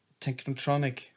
Technotronic